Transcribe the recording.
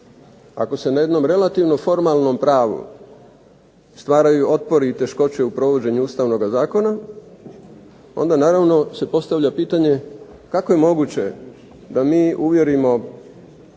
ako se na jednom relativno formalnom pravu stvaraju otpori i teškoće u provođenju ustavnoga zakona onda naravno se postavlja pitanje kako je moguće da mi uvjerimo